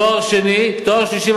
תואר שני ותואר שלישי,